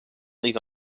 leave